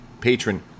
patron